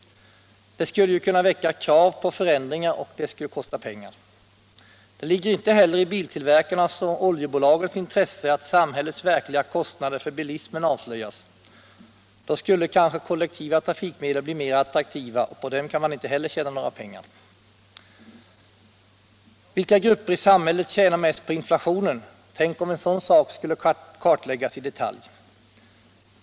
Det skulle kunna väcka krav på förändringar, och det skulle kosta pengar. Det ligger inte heller i biltillverkarnas och oljebolagens intresse att samhällets verkliga kostnader för bilismen avslöjas. Då skulle kanske kollektiva trafikmedel bli mer attraktiva, och på dem kan man inte tjäna några pengar. Vilka grupper i samhället tjänar mest på inflationen? Tänk om det skulle kartläggas i detalj!